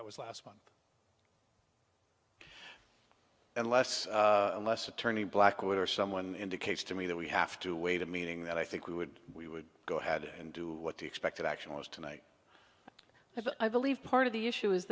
that was last month unless unless attorney blackwater someone indicates to me that we have to wait a meeting that i think we would we would go ahead and do what the expected action was tonight i believe part of the issue is